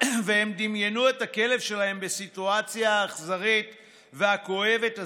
ושהם דמיינו את הכלב שלהם בסיטואציה האכזרית והכואבת הזאת.